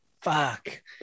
Fuck